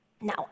Now